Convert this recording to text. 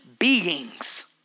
beings